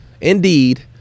Indeed